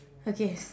okay